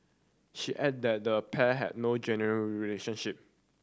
she added that the pair had no genuine relationship